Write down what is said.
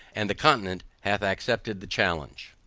and the continent hath accepted the challenge.